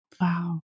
Wow